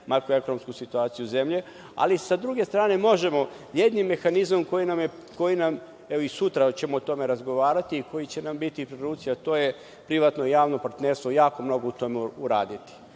makroekonomsku situaciju zemlje, ali sa druge strane možemo jednim mehanizmom koji nam, evo i sutra ćemo o tome razgovarati, koji će nam biti pri ruci, a to je privatno javno partnerstvo, jako mnogo u tome uraditi. Sa